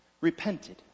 repented